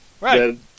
right